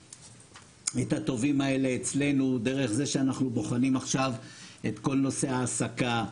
את הטובים האלה אצלנו דרך זה שאנחנו בוחנים עכשיו את כל הנושא ההעסקה.